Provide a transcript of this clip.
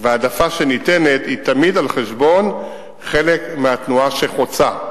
העדפה שניתנת היא תמיד על חשבון חלק מהתנועה שחוצה.